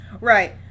Right